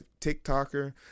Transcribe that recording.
TikToker